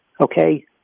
okay